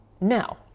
No